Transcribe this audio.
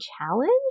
challenge